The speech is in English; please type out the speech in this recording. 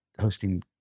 hosting